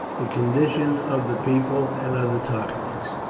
the condition of the people, and other topics.